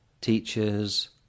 teachers